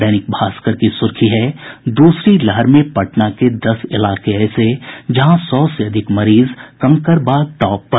दैनिक भास्कर की सुर्खी है दूसरी लहर में पटना के दस इलाके ऐसे जहां सौ से अधिक मरीज कंकड़बाग टॉप पर